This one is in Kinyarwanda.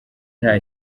nta